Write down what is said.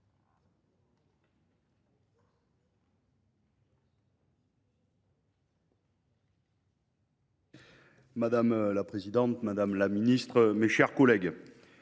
Madame la présidente, madame la ministre, mes chers collègues,